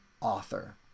author